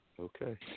Okay